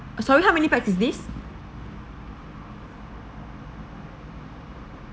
sorry how many pax is this two adult